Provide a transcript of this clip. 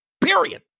Period